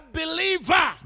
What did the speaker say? believer